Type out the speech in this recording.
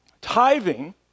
Tithing